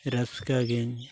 ᱨᱟᱹᱥᱠᱟᱹ ᱜᱮᱧ